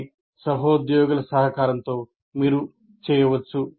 మీ సహోద్యోగుల సహకారంతో మీరు చేయవచ్చు